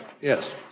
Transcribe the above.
yes